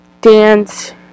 dance